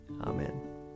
Amen